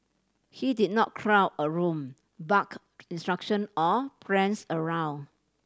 he did not crowd a room bark instruction or prance around